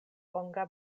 longa